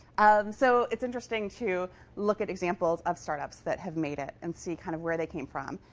so it's interesting to look at examples of startups that have made it and see kind of where they came from.